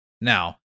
Now